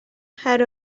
head